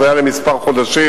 זה היה לכמה חודשים.